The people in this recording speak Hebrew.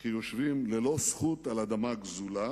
כיושבים ללא זכות על האדמה הגזולה